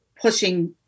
pushing